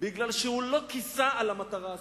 כי הוא לא כיסה על המטרה הסופית.